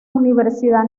universidad